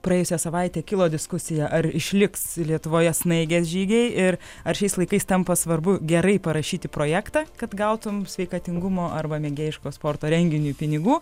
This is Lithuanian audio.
praėjusią savaitę kilo diskusija ar išliks lietuvoje snaigės žygiai ir ar šiais laikais tampa svarbu gerai parašyti projektą kad gautum sveikatingumo arba mėgėjiško sporto renginiui pinigų